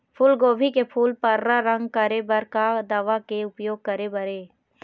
फूलगोभी के फूल पर्रा रंग करे बर का दवा के उपयोग करे बर ये?